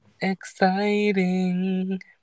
Exciting